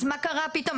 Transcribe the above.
אז מה קרה פתאום?